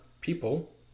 people